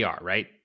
right